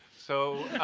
so